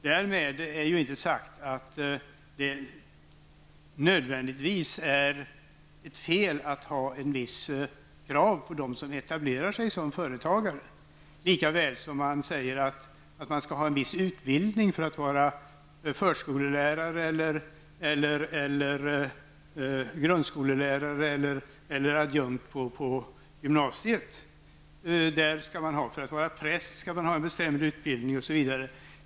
Därmed inte sagt att det nödvändigtvis är fel att ställa vissa krav på dem som etablerar sig som företagare, lika väl som vi säger att man skall ha en viss utbildning för att vara förskolelärare, grundskolelärare eller adjunkt på ett gymnasium. En präst skall ha en bestämd utbildning osv.